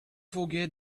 forget